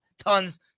Tons